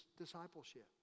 discipleship